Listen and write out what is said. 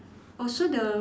oh so the